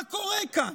מה קורה כאן?